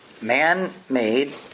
man-made